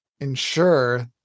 ensure